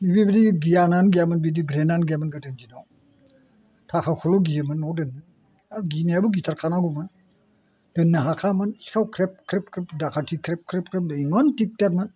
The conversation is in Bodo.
बेबायदि गियानानो गैयामोन बिदि ब्रैनआनो गैयामोन गोदोनि दिनाव थाखाखौल' गियोमोन न'आव दोननो आरो गिनायाबो गिथार खानांगौमोन दोननो हाखायामोन सिखाव ख्रेब ख्रेब ख्रेब दाखाथि ख्रेब ख्रेब ख्रेब इमान दिग्दारमोन